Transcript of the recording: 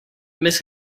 miss